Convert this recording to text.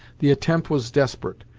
the attempt was desperate,